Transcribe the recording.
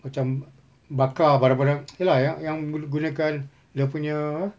macam bakar barang barang ya lah yang yang guna kan dia punya apa